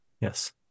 yes